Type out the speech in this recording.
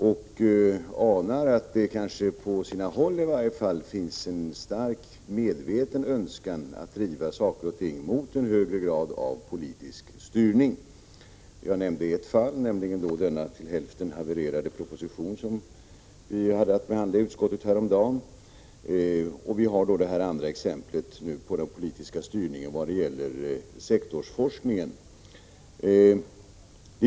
Man anar att det i varje fall på sina håll kan finnas en stark medveten önskan att driva saker och ting mot en högre grad av politisk styrning. Jag nämnde ett fall, nämligen den till hälften havererade proposition som vi hade att behandla i utskottet häromdagen, och vi har nu exemplet med den politiska styrningen vad gäller sektorsforskningen.